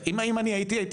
אם אני הייתי,